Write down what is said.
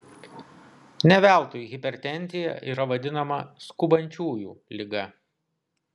ne veltui hipertenzija yra vadinama skubančiųjų liga